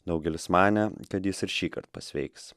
daugelis manė kad jis ir šįkart pasveiks